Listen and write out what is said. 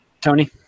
Tony